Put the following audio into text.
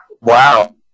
Wow